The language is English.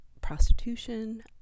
prostitution